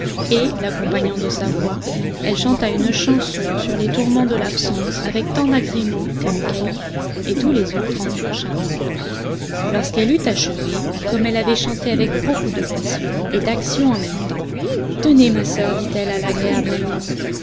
et l'accompagnant de sa voix elle chanta une chanson sur les tourments de l'absence avec tant d'agrément que le calife et tous les autres en furent charmés lorsqu'elle eut achevé comme elle avait chanté avec beaucoup de passion et d'action en même temps tenez ma soeur dit-elle à l'agréable amine